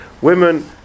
women